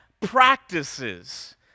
practices